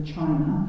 China